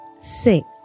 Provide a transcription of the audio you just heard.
six